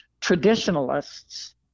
traditionalists